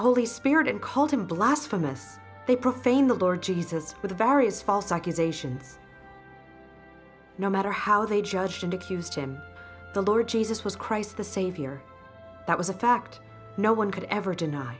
holy spirit and called him blasphemous they profane the lord jesus with various false accusations no matter how they judged accused him the lord jesus was christ the savior that was a fact no one could ever deny